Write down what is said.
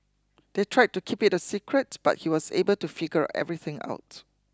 they tried to keep it a secret but he was able to figure everything out